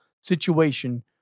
situation